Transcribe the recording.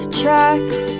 tracks